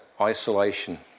isolation